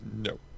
No